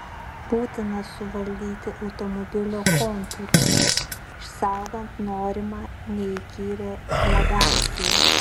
būtina suvaldyti automobilio kontūrus išsaugant norimą neįkyrią eleganciją